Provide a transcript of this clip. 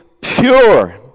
pure